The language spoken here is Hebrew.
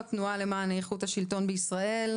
לאנשי התנועה למען איכות השלטון בישראל,